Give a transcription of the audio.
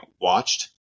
watched